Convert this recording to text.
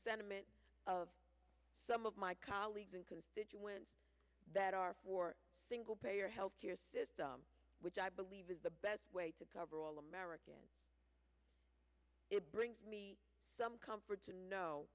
sentiment of some my colleagues and constituents that are for single payer health care system which i believe is the best way to cover all americans it brings me some comfort to know